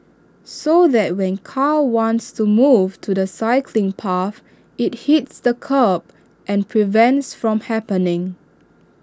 so that when car wants to move to the cycling path IT hits the kerb and prevents from happening